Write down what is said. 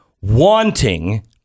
wanting